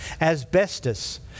Asbestos